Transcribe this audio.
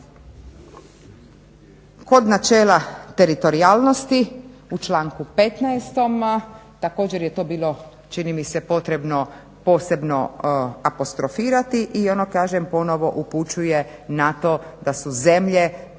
Kod Načela teritorijalnosti, u članku 15. također je to bilo čini mi se potrebno posebno apostrofirati i ono kažem ponovo upućuje na to da su zemlje,